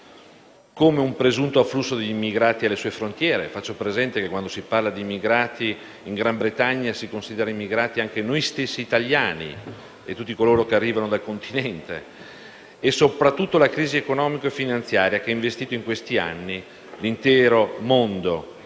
come un presunto afflusso di immigrati alle sue frontiere (faccio presente che quando si parla di immigrati nel Regno Unito si considerano immigrati anche gli stessi italiani e tutti coloro che arrivano dal Continente) e soprattutto la crisi economica e finanziaria che ha investito in questi anni l'intero mondo